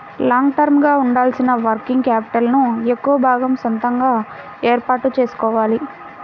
long term గా ఉండాల్సిన working capital ను ఎక్కువ భాగం సొంతగా ఏర్పాటు చేసుకోవాలి